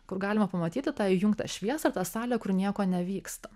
kur galima pamatyti tą įjungtą šviesą tą salę kur nieko nevyksta